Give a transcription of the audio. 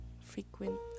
frequent